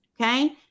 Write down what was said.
okay